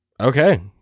Okay